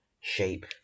shape